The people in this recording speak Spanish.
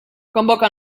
convoca